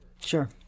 Sure